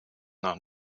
nach